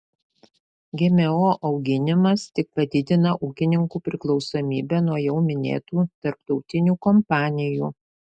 gmo auginimas tik padidina ūkininkų priklausomybę nuo jau minėtų tarptautinių kompanijų